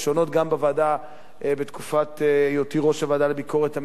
גם בוועדה בתקופת היותי יושב-ראש הוועדה לביקורת המדינה.